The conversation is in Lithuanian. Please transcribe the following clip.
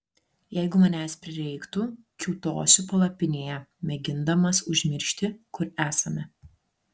jeigu manęs prireiktų kiūtosiu palapinėje mėgindamas užmiršti kur esame